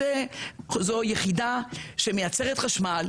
זוהי יחידה שמייצרת חשמל.